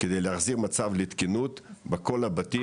כדי להחזיר מצב לתקינות בכל הבתים,